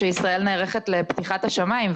שישראל נערכת לפתיחת השמים,